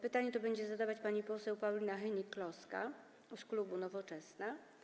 Pytanie będzie zadawać pani poseł Paulina Hennig-Kloska z klubu Nowoczesna.